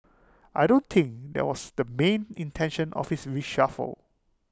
I don't think that was the main intention of this reshuffle